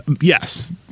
Yes